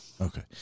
Okay